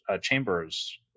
Chambers